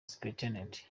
supt